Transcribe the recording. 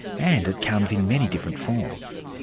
and it comes in many different forms.